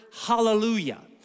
hallelujah